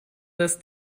this